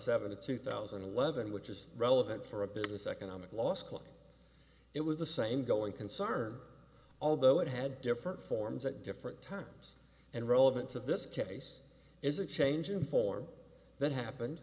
seven to two thousand and eleven which is relevant for a business economic law school it was the same going concern although it had different forms at different times and relevant to this case is a change in form that happened